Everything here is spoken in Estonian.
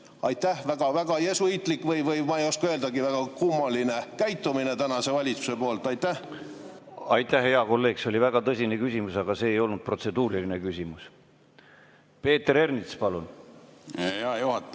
tõmmata? Väga jesuiitlik või ma ei oska öeldagi, väga kummaline käitumine tänase valitsuse poolt. Aitäh, hea kolleeg! See oli väga tõsine küsimus, aga see ei olnud protseduuriline küsimus. Peeter Ernits, palun! Aitäh, hea